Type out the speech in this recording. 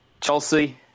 Chelsea